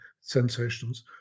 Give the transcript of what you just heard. sensations